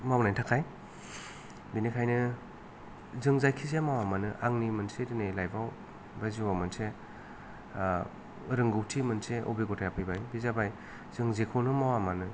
मावनायनि थाखाय बिनिखायनो जों जायखि जाया मावा मानो आंनि मोनसे दिनै लाइफ आव बे जिउआव मोनसे रोंगौथि मोनसे आबिगथाया फैबाय बे जाबाय जों जेखौनो मावा मानो